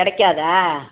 கிடைக்காதா